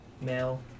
male